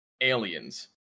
Aliens